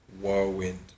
whirlwind